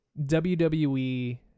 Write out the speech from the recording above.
WWE